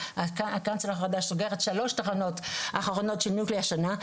הקנצלר הנחמדה סוגרת שלוש תחנות אחרונות של גרעין השנה.